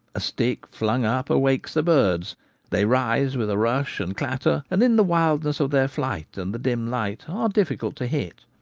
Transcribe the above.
a stick flung up awakes the birds they rise with a rush and clatter, and in the wildness of their flight and the dim light are difficult to hit.